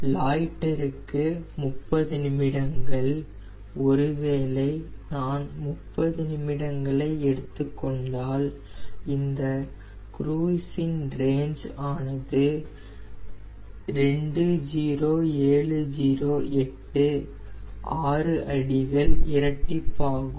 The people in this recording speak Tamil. லாய்டருக்கு 30 நிமிடங்கள் ஒருவேளை நான் 30 நிமிடங்களை எடுத்துக் கொண்டால் இந்த குருய்ஸ் இன் ரேஞ் ஆனது 20708 6 அடிகள் இரட்டிப்பாகும்